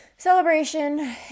celebration